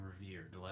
revered